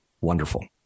Wonderful